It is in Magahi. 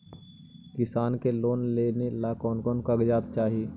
किसान के लोन लेने ला कोन कोन कागजात चाही?